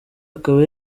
akaba